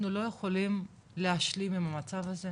אנחנו לא יכולים להשלים עם המצב הזה,